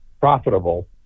profitable